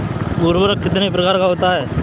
उर्वरक कितने प्रकार का होता है?